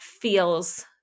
feels